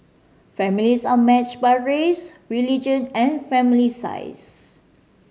families are matched by race religion and family size